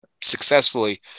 successfully